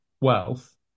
wealth